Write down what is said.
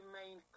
main